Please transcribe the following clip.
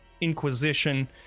inquisition